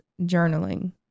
journaling